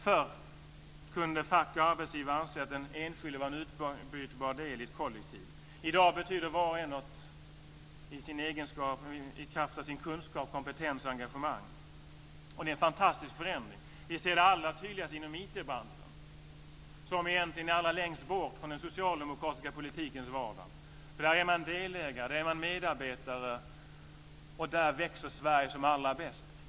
Förr kunde fack och arbetsgivare anse att den enskilde var en utbytbar del i ett kollektiv. I dag betyder var och en något i kraft av sin kunskap, sin kompetens och sitt engagemang. Det är en fantastisk förändring. Vi ser det allra tydligast inom IT-branschen, som egentligen är allra längst bort från den socialdemokratiska politikens vardag. Där är man delägare. Där är man medarbetare, och där växer Sverige som allra bäst.